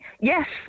Yes